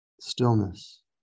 stillness